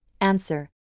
Answer